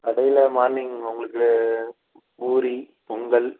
கடையில் மார்னிங் உங்களுக்கு பூரி பொங்கல்